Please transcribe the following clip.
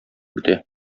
бетә